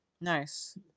Nice